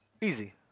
Easy